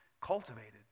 cultivated